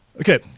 Okay